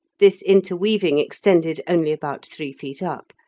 this interweaving extended only about three feet up,